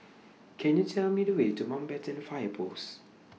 Can YOU Tell Me The Way to Mountbatten Fire Post